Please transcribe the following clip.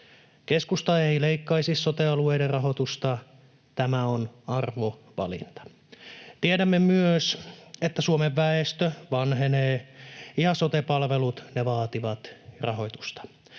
Keskusta ei leikkaisi sote-alueiden rahoitusta. Tämä on arvovalinta. Tiedämme, että Suomen väestö vanhenee ja sote-palvelut vaativat rahoitusta.